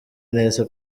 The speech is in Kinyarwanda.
neza